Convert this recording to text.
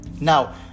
Now